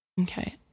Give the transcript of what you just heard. Okay